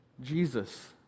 Jesus